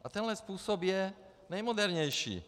A tenhle způsob je nejmodernější.